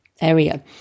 area